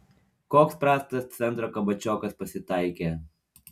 koks prastas centro kabačiokas pasitaikė